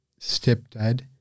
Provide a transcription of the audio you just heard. stepdad